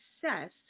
success